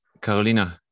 Carolina